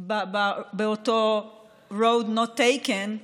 באותה road not taken,